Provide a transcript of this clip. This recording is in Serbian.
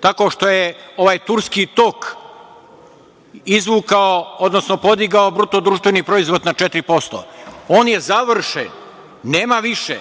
tako što je ovaj turski tok izvukao, odnosno podigao BDP na 4%. On je završen, nema više.